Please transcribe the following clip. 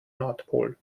nordpol